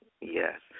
Yes